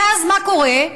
ואז, מה קורה?